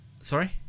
Sorry